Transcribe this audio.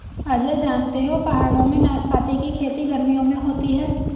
अजय जानते हो पहाड़ों में नाशपाती की खेती गर्मियों में होती है